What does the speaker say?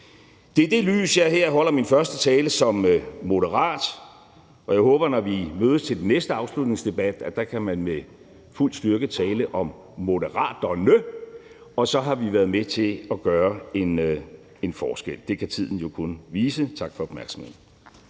Det er i det lys, jeg her holder min første tale som moderat, og jeg håber, at når vi mødes til den næste afslutningsdebat, kan man med fuld styrke tale om Moderaterne, og så har vi været med til at gøre en forskel. Det kan tiden jo kun vise. Tak for opmærksomheden.